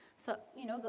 so, you know,